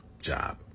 job